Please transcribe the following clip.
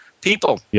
people